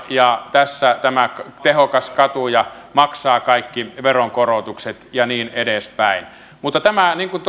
ja tässä tämä tehokas katuja maksaa kaikki veronkorotukset ja niin edespäin mutta niin kuin